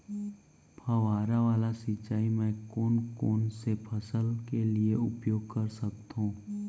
फवारा वाला सिंचाई मैं कोन कोन से फसल के लिए उपयोग कर सकथो?